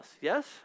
yes